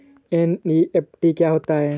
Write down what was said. NEFT क्या होता है?